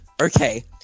Okay